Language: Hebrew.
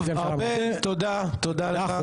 טוב ארבל תודה רבה לך.